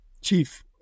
chief